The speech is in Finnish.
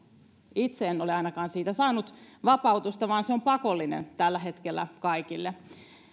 itse en ole ainakaan siitä saanut vapautusta vaan se on tällä hetkellä pakollinen